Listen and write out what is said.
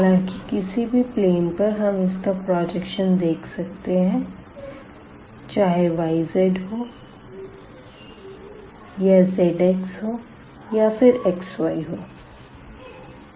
हालांकि किसी भी प्लेन पर हम इसका प्रजेक्शन देख सकते है चाहे yz हो या zx हो या फिर xyहो